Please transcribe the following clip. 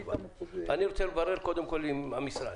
אני רוצה לברר קודם עם המשרד.